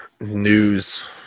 news